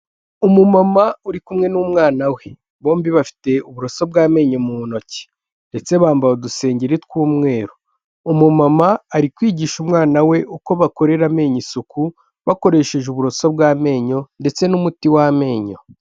Umumama uri kumwe n'umwana we bombi bafite uburoso bw'amenyo mu ntoki, ndetse bambaye udusengeri tw'umweru, umumama ari kwigisha umwana we uko bakorera amenyo isuku bakoresheje uburoso bw'amenyo ndetse n'umuti w'amenyo.